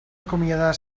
acomiadar